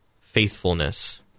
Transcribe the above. faithfulness